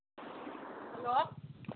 hello